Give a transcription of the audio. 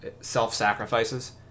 self-sacrifices